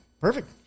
Perfect